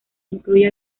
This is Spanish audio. incluye